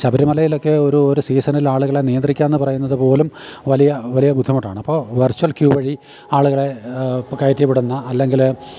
ശബരിമലയിലൊക്കെ ഒരു സീസണിൽ ആളുകളെ നിയന്ത്രിക്കുക എന്നു പറയുന്നതു പോലും വലിയ വലിയ ബുദ്ധിമുട്ടാണ് അപ്പോള് വെർച്വൽ ക്യൂ വഴി ആളുകളെ കയറ്റിവിടുന്ന അല്ലെങ്കില്